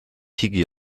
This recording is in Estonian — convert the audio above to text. higi